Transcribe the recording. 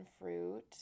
fruit